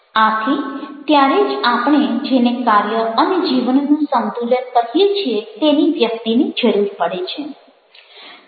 આથી ત્યારે જ આપણે જેને કાર્ય અને જીવનનું સંતુલન કહીએ છીએ તેની વ્યક્તિને જરૂર પડે છે